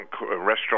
restaurant